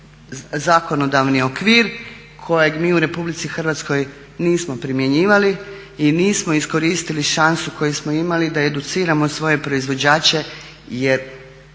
zakonodavni okvir kojeg mi u RH nismo primjenjivali i nismo iskoristili šansu koju smo imali da educiramo svoje proizvođače jer